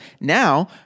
now